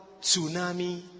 tsunami